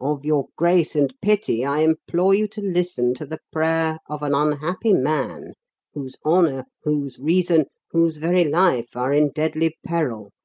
of your grace and pity, i implore you to listen to the prayer of an unhappy man whose honour, whose reason, whose very life are in deadly peril,